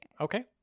Okay